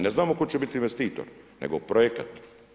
Ne znamo tko će biti investitor, nego projekat.